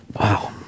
wow